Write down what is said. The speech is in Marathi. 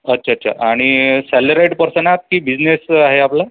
अच्छा अच्छा आणि सॅलराईड पर्सन आहात की बिझनेस आहे आपला